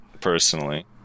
personally